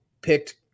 picked